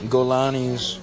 Golanis